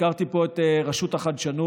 הזכרתי פה את רשות החדשנות.